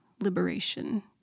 liberation